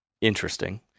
interesting